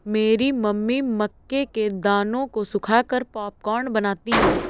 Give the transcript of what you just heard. मेरी मम्मी मक्के के दानों को सुखाकर पॉपकॉर्न बनाती हैं